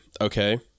Okay